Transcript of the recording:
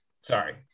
Sorry